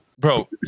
Bro